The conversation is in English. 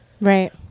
right